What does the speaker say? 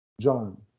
John